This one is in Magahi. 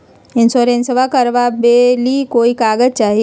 इंसोरेंसबा करबा बे ली कोई कागजों चाही?